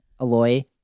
Aloy